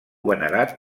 venerat